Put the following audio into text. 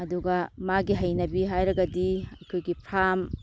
ꯑꯗꯨꯒ ꯃꯥꯒꯤ ꯍꯩꯅꯕꯤ ꯍꯥꯏꯔꯒꯗꯤ ꯑꯩꯈꯣꯏꯒꯤ ꯐ꯭ꯔꯥꯝ